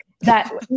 That-